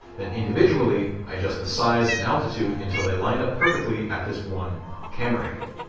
then individually i adjust the size and altitude until they lined up perfectly at this one camera angle.